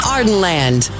Ardenland